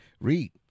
Read